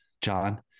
John